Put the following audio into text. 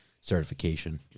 certification